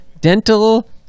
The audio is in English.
Dental